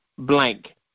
Blank